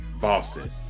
Boston